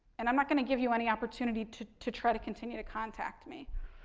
and i'm not going to give you any opportunity to to try to continue to contact me.